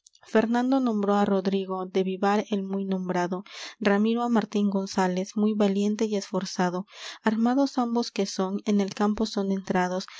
fernando nombró á rodrigo de vivar el muy nombrado ramiro á martín gonzález muy valiente y esforzado armados ambos que son en el campo son entrados